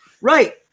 Right